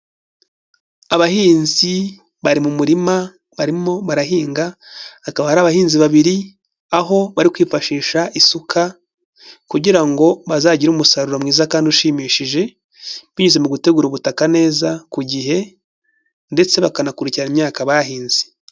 Abahinzi bari mu murima barimo barahinga, hakaba ari abahinzi babiri aho bari kwifashisha isuka kugira ngo bazagire umusaruro mwiza kandi ushimishije binyuze mu gutegura ubutaka neza ku gihe ndetse bakanakurikirana imyaka bahinze.